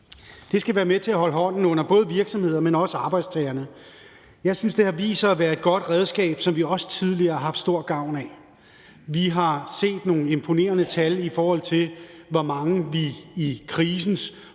Det skal være med til at holde hånden under både virksomheder, men også arbejdstagere. Jeg synes, det har vist sig at være et godt redskab, som vi også tidligere har haft stor gavn af. Vi har set nogle imponerende tal, i forhold til hvor mange vi på krisens